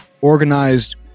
organized